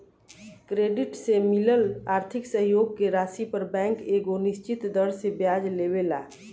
credit से मिलल आर्थिक सहयोग के राशि पर बैंक एगो निश्चित दर से ब्याज लेवेला